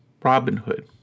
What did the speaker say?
Robinhood